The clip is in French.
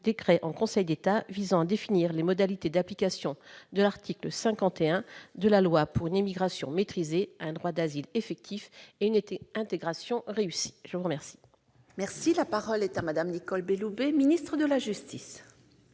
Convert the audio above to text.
décret en Conseil d'État visant à définir les modalités d'application de l'article 51 de la loi pour une immigration maîtrisée, un droit d'asile effectif et une intégration réussie. La parole est à Mme le garde des sceaux, ministre de la justice.